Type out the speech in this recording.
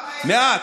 מעט,